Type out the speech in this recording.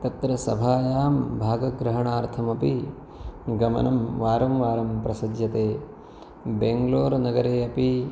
तत्र सभायां भागग्रहणार्थमपि गमनं वारं वारं प्रसज्यते बेङ्ग्लोर् नगरे अपि